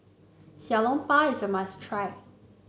Xiao Long Bao is a must try